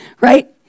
Right